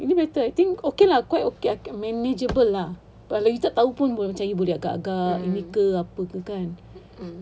ni better I think okay lah quite okay manageable lah kalau you tak tahu pun you macam boleh agak-agak ni ke apa ke kan mm